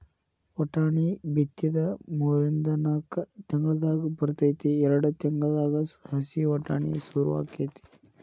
ವಟಾಣಿ ಬಿತ್ತಿದ ಮೂರಿಂದ ನಾಕ್ ತಿಂಗಳದಾಗ ಬರ್ತೈತಿ ಎರ್ಡ್ ತಿಂಗಳದಾಗ ಹಸಿ ವಟಾಣಿ ಸುರು ಅಕೈತಿ